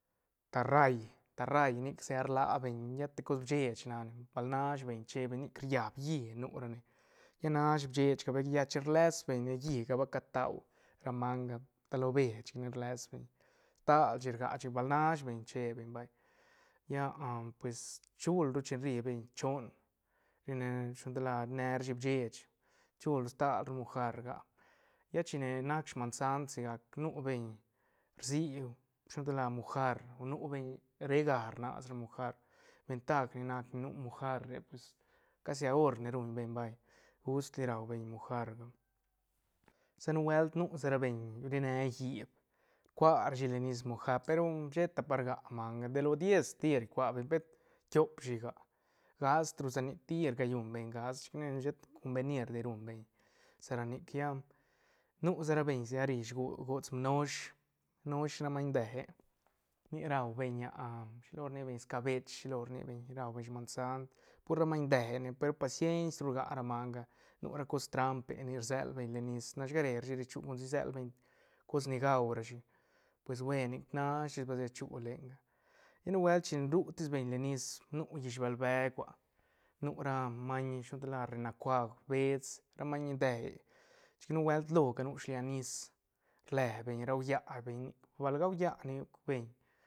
Ta rral- ta rral nic sigac rla beñ llet de cos bchech nac ne bal nas beñ che beñ nic riap llí nu rane lla nash bchechga ba ried chin rles beñ ne hí ga ba catua ra manga ta lo bee chic ne rles beñ stal shi rga chic bal nash beñ che beñ vay lla pues chul ru chin ri beñ choon rine shilo gan tal la ri ne rashi bchech chul stal ru mojar rga lla chine nac sman sant sigac nu beñ rsi shilo gan tal la mojar o nu beñ rega rnas ra mojar ventaj ni nac nu mojar re pues casi ahorne ruñ beñ vay just li rua beñ mojar sa nubuelt nu sa ra beñ rine hiip rcua rashi len nis mojar pe ru sheta pa rga manga de lo diez tir rcua beñ pet tiop shi ga gast ru sa nic tir calluñ beñ gast chic ne shet combenir di rum beñ sa ra nic lla nu sa ra beñ sigac ri shigo gots mnosh- mnosh ra maiñ de e nic ruabeñ shilo rni beñ scabech shilo rni beñ raubeñ sman sant pur ra maiñ de e ne pe ru paciens ru rga ra manga nu ra cos trampe ni rsel beñ le nis nashgare rashi ri chu consi sel beñ cos ni gau rashi pues buen nic nash rashi ba se chu lenga lla nubuelt chin ru tis beñ len nis nu llish beel beuk ah nu ra maiñ shilo tan la rena cuauj bets ra maiñ de e chic nubuelt lo ga nu shilia nis rle beñ raulla beñ nic bal gaulla nic beñ.